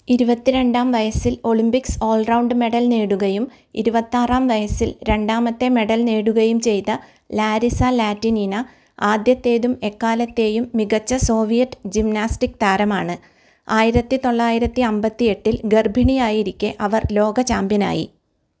ഇരുപത്തിരണ്ടാം വയസ്സിൽ Olympics all round medal നേടുകയും ഇരുപത്താറാം വയസ്സിൽ രണ്ടാമത്തെ മെഡൽ നേടുകയും ചെയ്ത ലാരിസ ലാറ്റിനിന ആദ്യത്തേതും എക്കാലത്തെയും മികച്ച സോവിയറ്റ് ജിംനാസ്റ്റിക് താരമാണ് ആയിരത്തി തൊള്ളായിരത്തി അമ്പത്തി എട്ടിൽ ഗർഭിണിയായിരിക്കെ അവർ ലോക ചാമ്പ്യനായി